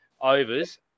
overs